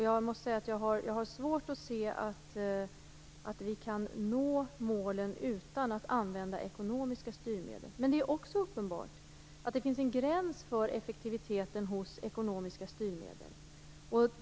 Jag har svårt att se att vi kan nå målen utan att använda ekonomiska styrmedel. Men det är också uppenbart att det finns en gräns för effektiviteten hos ekonomiska styrmedel.